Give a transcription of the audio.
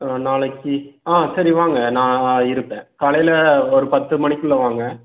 ஆ நாளைக்கு ஆ சரி வாங்க நான் இருப்பேன் காலையில் ஒரு பத்து மணிக்குள்ளே வாங்க